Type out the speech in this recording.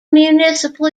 municipal